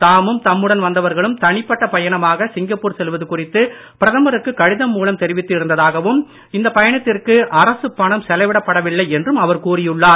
தாமும் தம்முடன் வந்தவர்களும் தனிப்பட்ட பயணமாக சிங்கப்பூர் செல்வது குறித்து பிரதமருக்கு கடிதம் மூலம் தெரிவித்து இருந்ததாகவும் இந்தப் பயணத்திற்கு அரசுப் பணம் செலவிடப்படவில்லை என்றும் அவர் கூறியுள்ளார்